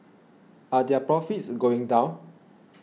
are their profits going down